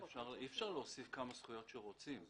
אי אפשר להוסיף כמה זכויות שרוצים,